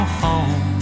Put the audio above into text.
home